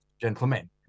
Gentlemen